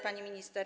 Pani Minister!